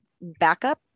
backup